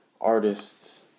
artists